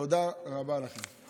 תודה רבה לכם.